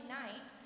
night